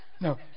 No